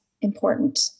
important